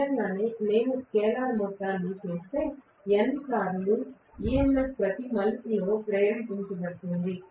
సహజంగానే నేను స్కేలర్ మొత్తాన్ని చేస్తే N సార్లు EMF ప్రతి మలుపులో ప్రేరేపించబడింది